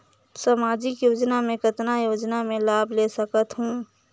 समाजिक योजना मे कतना योजना मे लाभ ले सकत हूं?